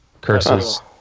curses